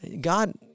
God